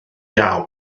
iawn